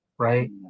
Right